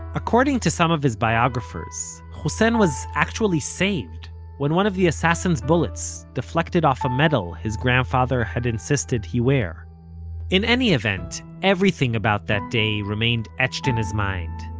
according to some of his biographers, hussein was actually saved when one of the assassin's bullets deflected off a medal his grandfather had insisted he wear in any event, everything about that day remained etched in his mind.